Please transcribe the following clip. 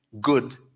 good